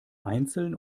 einzeln